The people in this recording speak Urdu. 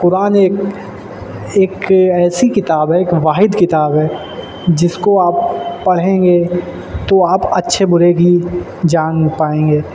قرآن ایک ایک ایسی کتاب ہے ایک واحد کتاب ہے جس کو آپ پڑھیں گے تو آپ اچھے برے کی جان پائیں گے